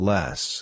Less